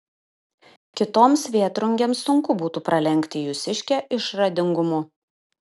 kitoms vėtrungėms sunku būtų pralenkti jūsiškę išradingumu